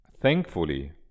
thankfully